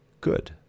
good